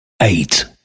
Eight